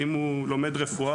אם הוא לומד רפואה,